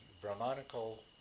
Brahmanical